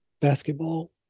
basketball